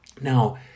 Now